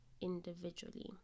individually